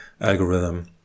algorithm